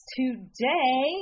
today